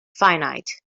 finite